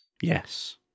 Yes